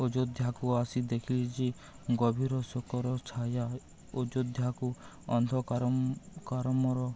ଅଯୋଧ୍ୟାକୁ ଆସି ଦେଖିଲି ଯେ ଗଭୀର ଶୋକର ଛାୟା ଅଯୋଧ୍ୟାକୁ ଅନ୍ଧକାର କାରମୟ